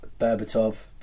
Berbatov